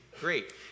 great